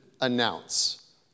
announce